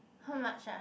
how much ah